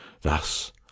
Thus